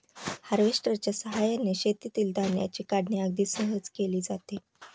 हार्वेस्टरच्या साहाय्याने शेतातील धान्याची काढणी अगदी सहज केली जाते